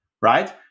right